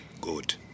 good